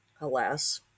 alas